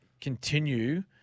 continue